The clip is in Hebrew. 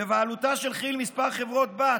בבעלותה של כי"ל כמה חברות-בת: